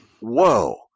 Whoa